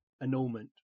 annulment